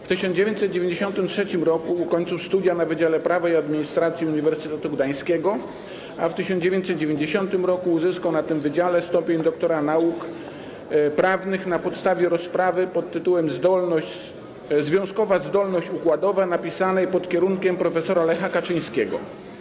W 1993 r. ukończył studia na Wydziale Prawa i Administracji Uniwersytetu Gdańskiego, a w 1990 r. uzyskał na tym wydziale stopień doktora nauk prawnych na podstawie rozprawy pt. „Związkowa zdolność układowa” napisanej pod kierunkiem prof. Lecha Kaczyńskiego.